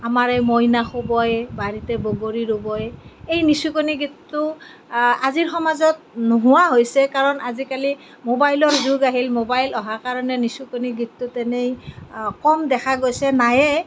আমাৰে মইনা শুব এ বাৰীতে বগৰী ৰুব এ এই নিচুকনি গীতটো আজিৰ সমাজত নোহোৱা হৈছে কাৰণ আজিকালি মোবাইলৰ যুগ আহিল মোবাইল অহাৰ কাৰণে নিচুকনি গীতটো তেনেই কম দেখা গৈছে নাইয়েই